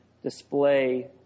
Display